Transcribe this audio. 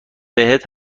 بهت